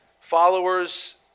followers